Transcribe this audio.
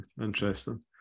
interesting